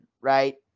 right